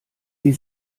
sie